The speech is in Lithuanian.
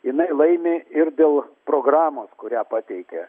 jinai laimi ir dėl programos kurią pateikia